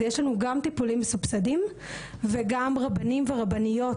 אז יש לנו גם טיפולים מסובסדים וגם רבנים ורבניות